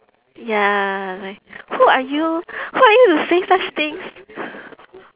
ya like who are you who are you to say such things